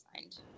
signed